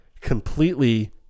completely